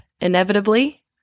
inevitably